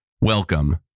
welcome